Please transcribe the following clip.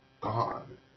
gone